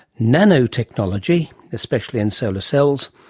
nanotechnology, especially in solar cells,